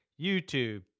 YouTube